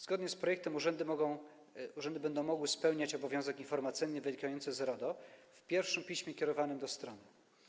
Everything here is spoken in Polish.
Zgodnie z projektem urzędy będą mogły spełniać obowiązek informacyjny wynikający z RODO w pierwszym piśmie kierowanym do strony.